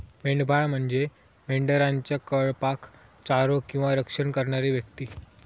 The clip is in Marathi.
मेंढपाळ म्हणजे मेंढरांच्या कळपाक चारो किंवा रक्षण करणारी व्यक्ती